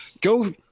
Go